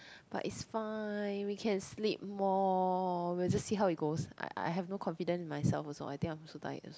but it's fine we can sleep more we'll just see how it goes I I have no confidence in myself also I think I'm so tired also